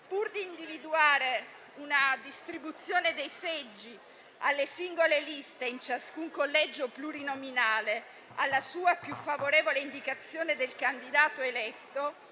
Pur di individuare una distribuzione dei seggi alle singole liste in ciascun collegio plurinominale alla sua più favorevole indicazione del candidato eletto,